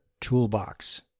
Toolbox